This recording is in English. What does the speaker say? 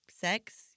sex